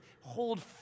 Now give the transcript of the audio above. hold